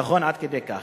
נכון, עד כדי כך.